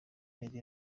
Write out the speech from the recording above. meddy